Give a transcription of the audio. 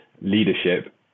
leadership